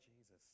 jesus